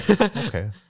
Okay